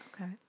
Okay